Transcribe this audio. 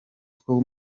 two